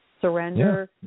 Surrender